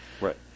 Right